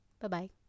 Bye-bye